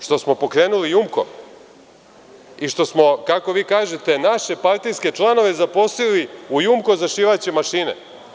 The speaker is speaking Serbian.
Što smo pokrenuli „JUMKO“ i što smo, kako vi kažete naše partijske članove zaposlili u „JUMKO“ za šivaće mašine?